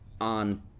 on